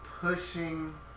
pushing